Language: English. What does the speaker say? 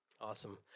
Awesome